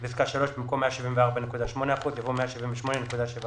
בפסקה (3) במקום "174.8 אחוזים" יבוא "178.7 אחוזים".